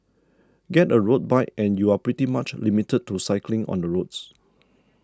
get a road bike and you're pretty much limited to cycling on the roads